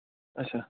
اَچھا